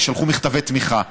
שלחו מכתבי תמיכה.